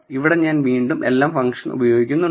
ഇവിടെ ഞാൻ വീണ്ടും lm ഫങ്ക്ഷൻ ഉപയോഗിക്കുന്നുണ്ട്